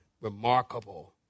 remarkable